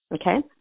okay